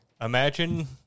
Imagine